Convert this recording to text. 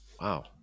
wow